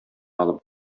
алып